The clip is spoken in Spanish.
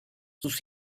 sus